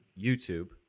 YouTube